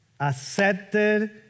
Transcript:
accepted